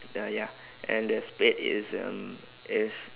the ya and the spade is um is